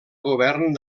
govern